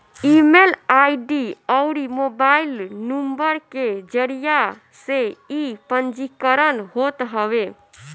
email ID अउरी mobile number के जरिया से इ पंजीकरण होत हवे